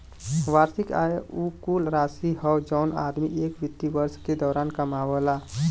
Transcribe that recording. वार्षिक आय उ कुल राशि हौ जौन आदमी एक वित्तीय वर्ष के दौरान कमावला